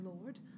lord